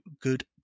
good